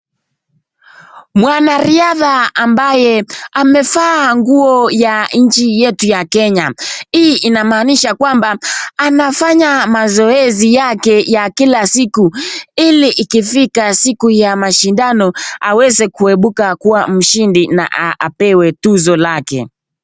Mwanariadha ambaye amevaa nguo ya nchi yetu ya Kenya. Hii inamaanisha kwamba anafanya mazoezi yake ya kila siku ili ikifika siku ya mashindano aweze kuebuka kuwa mshindi na apewe tuzo lake.